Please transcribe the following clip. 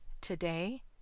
Today